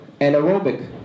anaerobic